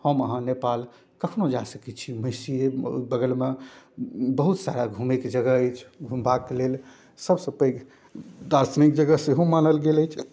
हम अहाँ नेपाल कखनो जा सकै छी महिषी अइ बगलमे बहुत सारा घुमैके जगह अछि घुमबाके लेल सबसँ पैघ दार्शनिक जगह सेहो मानल गेल अछि